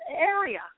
area